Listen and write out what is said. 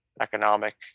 economic